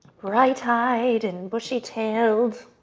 bright-eyed and bushy-tailed